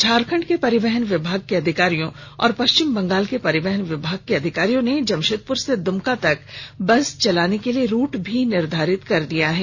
झारखंड के परिवहन विभाग के अधिकारियों व पश्चिम बंगाल के परिवहन विभाग के अधिकारियों ने जमशदेपुर से दुमका तक बस चलाने के लिए रूट भी निर्धारित कर दिया है